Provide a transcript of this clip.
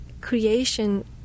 creation